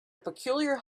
peculiar